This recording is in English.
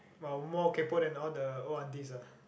wow more kaypo than all the old aunties ah